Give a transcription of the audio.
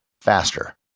faster